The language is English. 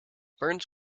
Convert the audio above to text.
burns